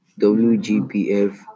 WGPF